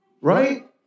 Right